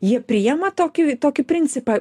jie priima tokį tokį principą